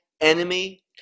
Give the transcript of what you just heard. enemy